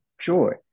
joy